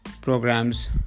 programs